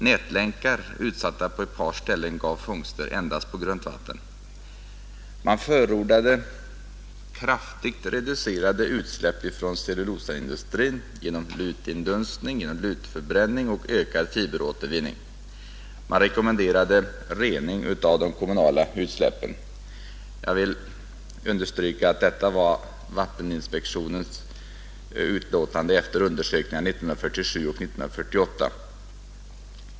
Nätlänkar utsatta på ett par ställen gav fångster endast på grunt vatten. Man förordade kraftigt reducerade utsläpp från cellulosaindustrin genom lutindunstning, lutförbränning och ökad fiberåtervinning. Man rekommenderade rening av de kommunala utsläppen. Jag vill understryka att detta var vatteninspektionens utlåtande efter undersökningarna 1947 och 1948.